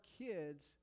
kids